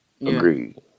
Agreed